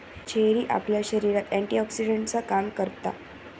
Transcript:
cherry आपल्या शरीरात एंटीऑक्सीडेंटचा काम करता